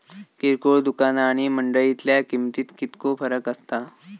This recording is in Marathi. किरकोळ दुकाना आणि मंडळीतल्या किमतीत कितको फरक असता?